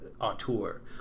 auteur